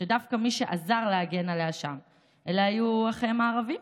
שדווקא מי שעזר להגן עליה שם היו אחיהם הערבים,